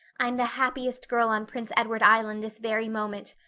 i'm the happiest girl on prince edward island this very moment.